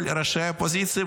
כל ראשי האופוזיציה,